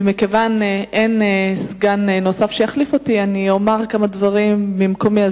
ומכיוון שאין סגן נוסף שיחליף אותי אני אומר כמה דברים ממקומי,